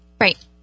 Right